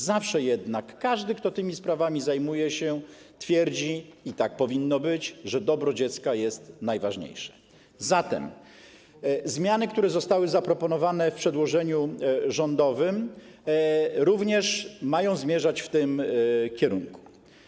Zawsze jednak każdy, kto tymi sprawami się zajmuje, twierdzi - i tak być powinno - że dobro dziecka jest najważniejsze, i zmiany, które zostały zaproponowane w przedłożeniu rządowym, również mają zmierzać w tym kierunku.